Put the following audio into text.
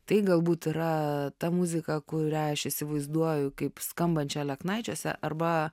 tai galbūt yra ta muzika kurią aš įsivaizduoju kaip skambančią aleknaičiuose arba